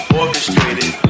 orchestrated